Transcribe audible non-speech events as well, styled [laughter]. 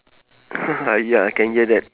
[laughs] ah ya I can hear that